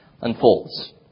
unfolds